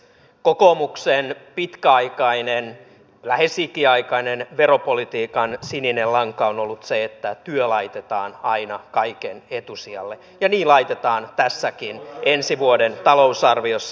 kokoomuksen pitkäaikainen lähes ikiaikainen veropolitiikan sininen lanka on ollut se että työ laitetaan aina kaiken etusijalle ja niin laitetaan tässäkin ensi vuoden talousarviossa